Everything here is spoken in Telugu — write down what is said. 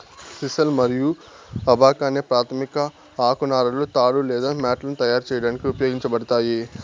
సిసల్ మరియు అబాకా అనే ప్రాధమిక ఆకు నారలు తాడు లేదా మ్యాట్లను తయారు చేయడానికి ఉపయోగించబడతాయి